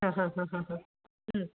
ആ ഹാ ഹാ ഹാ ഹാ